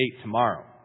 tomorrow